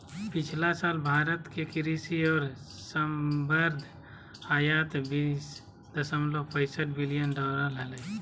पिछला साल भारत के कृषि और संबद्ध आयात बीस दशमलव पैसठ बिलियन डॉलर हलय